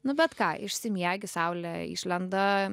nu bet ką išsimiegi saulė išlenda